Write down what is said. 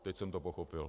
Teď jsem to pochopil.